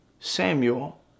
samuel